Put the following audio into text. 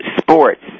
sports